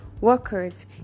workers